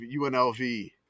UNLV